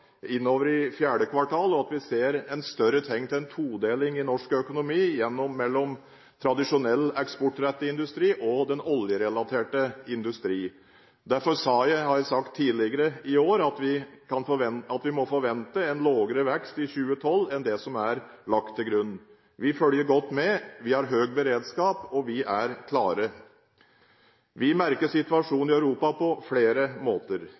innover i 4. kvartal, og at vi ser større tegn til en todeling i norsk økonomi, mellom tradisjonell eksportrettet industri og oljerelatert industri. Derfor har jeg sagt tidligere i år at vi må forvente en lavere vekst i 2012 enn det som er lagt til grunn. Vi følger godt med. Vi har høy beredskap, og vi er klare. Vi merker situasjonen i Europa på flere måter.